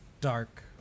dark